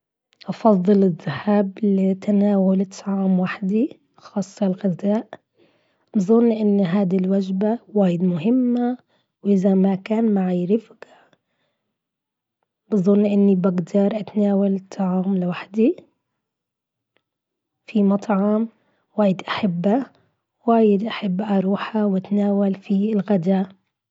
أفضل الذهاب لتناول الطعام وحدي خاصة الغذاء. أظن ان هذه الوجبة وايد مهمة. وإذا ما كان معي رفقة. بظن أني بقدر أتناول الطعام لوحدي. في مطعم وايد أحبه وايد أحب أروحه وأتناول في الغداء.